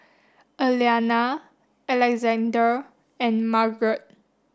Aliana Alexandre and Margeret